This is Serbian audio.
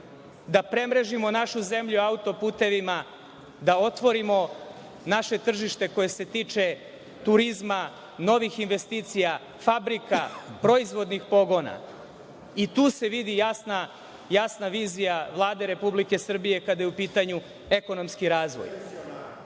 da premrežimo našu zemlju auto-putevima, da otvorimo naše tržište koje se tiče turizma, novih investicija, fabrika, proizvodnih pogona. Tu se vidi jasna vizija Vlade Republike Srbije kada je u pitanju ekonomski razvoj.